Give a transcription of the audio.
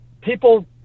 people